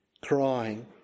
crying